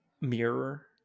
mirror